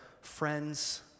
friends